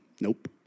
nope